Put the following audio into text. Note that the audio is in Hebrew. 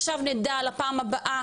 עכשיו נדע לפעם הבאה.